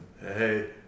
Hey